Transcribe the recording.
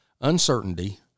uncertainty